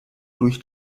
durch